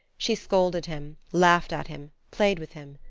she scolded him, laughed at him, played with him.